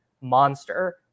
monster